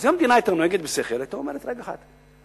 אם המדינה היתה נוהגת בשכל היא היתה אומרת: רגע אחד,